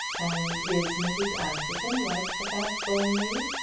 and is mrs. askerton like the fast-going lady?